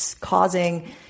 causing